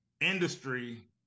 industry